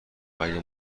مگه